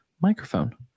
microphone